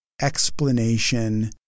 explanation